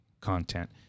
content